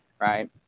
Right